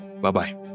Bye-bye